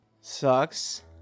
Sucks